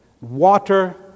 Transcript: water